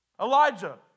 Elijah